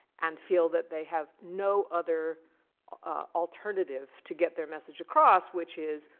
and feel that they have no other alternative to get their message across, which is,